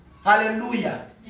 Hallelujah